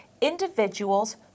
individuals